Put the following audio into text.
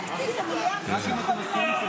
--- חברת הכנסת נעמה לזימי, קריאה שלישית.